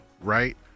right